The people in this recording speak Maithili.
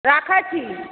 राखै छी